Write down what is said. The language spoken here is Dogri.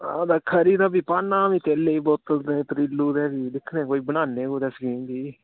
हां तां खरी तां फ्ही पाना आ'ऊं तेले दी बोतल ते पतीलू ते दिक्खने कोई बनाने कुदै स्कीम फ्ही